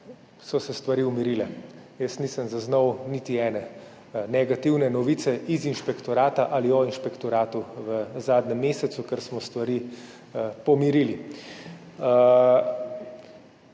vmes, stvari umirile. Jaz nisem zaznal niti ene negativne novice iz inšpektorata ali o inšpektoratu v zadnjem mesecu, ker smo stvari pomirili.